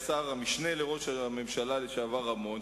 המשנה לראש הממשלה לשעבר רמון,